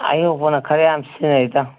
ꯑꯌꯣꯛꯄꯅ ꯈꯔ ꯌꯥꯝ ꯁꯤꯖꯤꯟꯅꯩꯗ